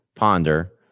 Ponder